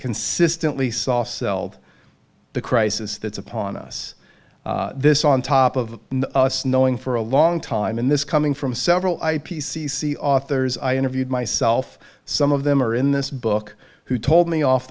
consistently saw selve the crisis that's upon us this on top of us knowing for a long time in this coming from several i p c c authors i interviewed myself some of them are in this book who told me off